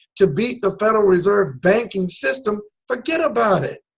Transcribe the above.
to beat the federal reserve banking system, forget about it.